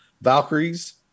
Valkyries